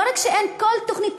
לא רק שאין כל תוכנית,